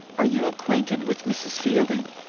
are you acquainted with mrs. fielding?